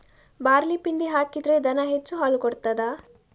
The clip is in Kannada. ಬಾರ್ಲಿ ಪಿಂಡಿ ಹಾಕಿದ್ರೆ ದನ ಹೆಚ್ಚು ಹಾಲು ಕೊಡ್ತಾದ?